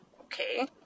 okay